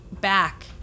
back